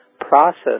process